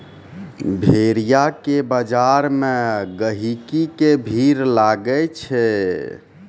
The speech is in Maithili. भेड़िया के बजार मे गहिकी के भीड़ लागै छै